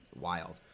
wild